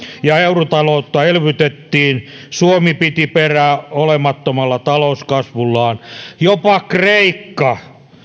ja eurotaloutta elvytettiin suomi piti perää olemattomalla talouskasvullaan jopa kreikka